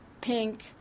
pink